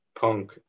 punk